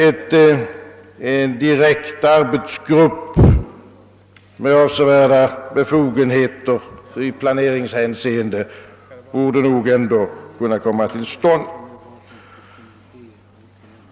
En direkt arbetsgrupp med avsevärda befogenheter i planeringshänseende borde kunna komma till stånd.